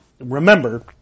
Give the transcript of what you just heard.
remember